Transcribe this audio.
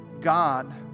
God